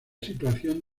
situación